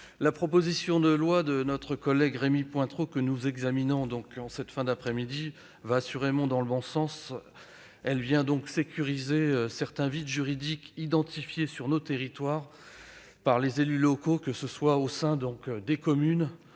la proposition de loi de notre collègue Rémy Pointereau que nous examinons en cette fin d'après-midi va assurément dans le bon sens. Elle vient sécuriser certains vides juridiques identifiés sur nos territoires par les élus locaux, que ce soit au sein des communes